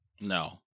No